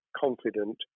confident